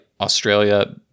Australia